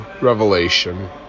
Revelation